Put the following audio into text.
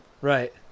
Right